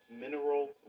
mineral